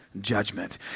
judgment